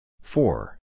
Four